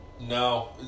No